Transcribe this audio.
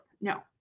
No